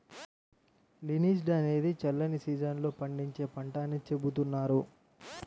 linseed అనేది చల్లని season లో పండించే పంట అని చెబుతున్నారు